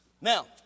Now